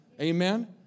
Amen